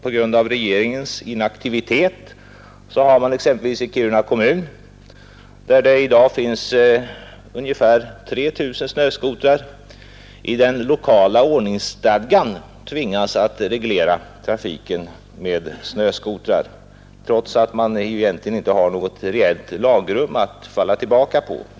På grund av regeringens inaktivitet har man exempelvis i Kiruna kommun, där det i dag finns ungefär 3 000 snöskotrar, tvingats att i den lokala ordningsstadgan reglera trafiken med snöskotrar, trots att man inte har något reellt lagrum att falla tillbaka på.